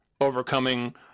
overcoming